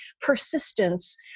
persistence